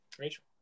Rachel